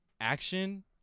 action-